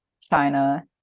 China